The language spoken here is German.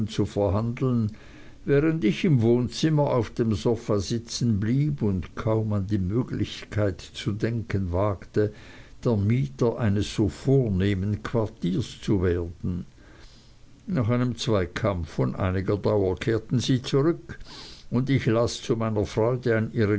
zu verhandeln während ich im wohnzimmer auf dem sofa sitzen blieb und kaum an die möglichkeit zu denken wagte der mieter eines so vornehmen quartiers zu werden nach einem zweikampf von einiger dauer kehrten sie zurück und ich las zu meiner freude an